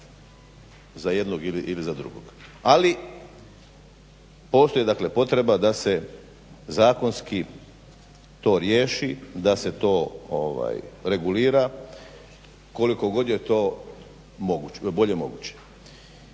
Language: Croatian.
za jednog ili za drugog. Ali postoji dakle potreba da se zakonski to riješi, da se to regulira, koliko god je to moguće,